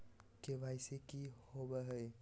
KYC की हॉबे हय?